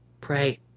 pray